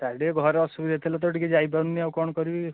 sir ଟିକିଏ ଘରେ ଅସୁବିଧା ଥିଲା ତ ଟିକିଏ ଯାଇପାରୁନି ଆଉ କ'ଣ କରିବି